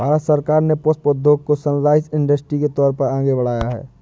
भारत सरकार ने पुष्प उद्योग को सनराइज इंडस्ट्री के तौर पर आगे बढ़ाया है